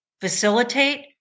facilitate